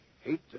hate